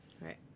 Right